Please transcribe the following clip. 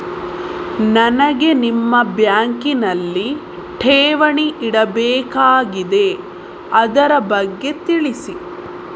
ನನಗೆ ನಿಮ್ಮ ಬ್ಯಾಂಕಿನಲ್ಲಿ ಠೇವಣಿ ಇಡಬೇಕಾಗಿದೆ, ಅದರ ಬಗ್ಗೆ ತಿಳಿಸಿ